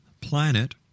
planet